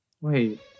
Wait